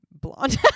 blonde